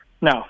No